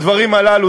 בדברים הללו,